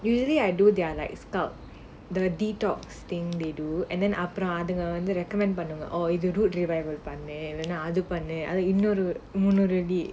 usually I do there like scout the detox thing they do and then opera the recommend bandung or either rudely rivals by name and other per other ignore the minority